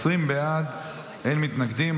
20 בעד, אין מתנגדים.